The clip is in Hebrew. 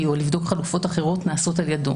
או לבדוק חלופות אחרות נעשית על ידו.